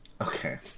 Okay